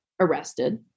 arrested